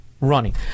running